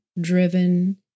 driven